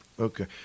Okay